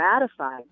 ratified